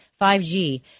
5G